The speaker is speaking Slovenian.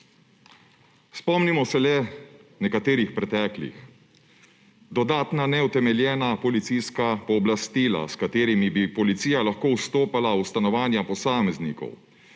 Spomnimo se le nekaterih preteklih: dodatna neutemeljena policijska pooblastila, s katerimi bi lahko policija vstopala v stanovanja posameznikov;